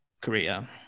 Korea